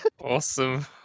Awesome